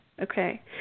okay